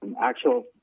actual